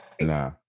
Nah